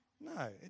No